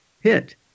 hit